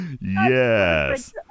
yes